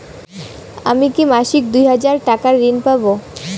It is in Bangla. আমি কি মাসিক দুই হাজার টাকার ঋণ পাব?